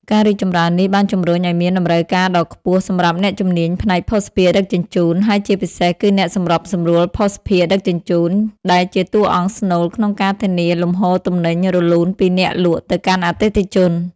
ការរីកចម្រើននេះបានជំរុញឱ្យមានតម្រូវការដ៏ខ្ពស់សម្រាប់អ្នកជំនាញផ្នែកភស្តុភារដឹកជញ្ជូន ហើយជាពិសេសគឺអ្នកសម្របសម្រួលភស្តុភារដឹកជញ្ជូន ដែលជាតួអង្គស្នូលក្នុងការធានាលំហូរទំនិញរលូនពីអ្នកលក់ទៅកាន់អតិថិជន។